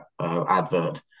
advert